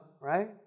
right